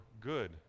good